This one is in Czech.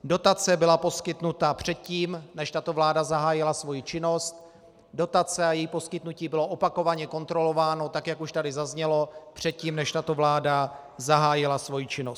Dotace byla poskytnuta předtím, než tato vláda zahájila svoji činnost, dotace a její poskytnutí bylo opakovaně kontrolováno, tak jak už tady zaznělo, předtím, než tato vláda zahájila svoji činnost.